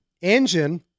Engine